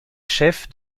chef